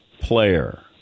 player